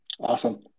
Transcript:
awesome